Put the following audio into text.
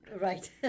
Right